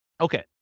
Okay